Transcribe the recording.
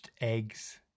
eggs